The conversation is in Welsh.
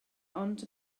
ond